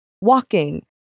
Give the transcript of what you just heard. walking